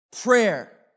Prayer